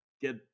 get